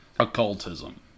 Occultism